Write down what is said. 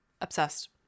Obsessed